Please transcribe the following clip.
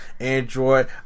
android